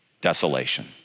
desolation